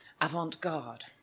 avant-garde